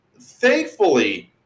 thankfully